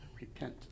repent